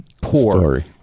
poor